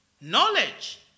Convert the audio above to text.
Knowledge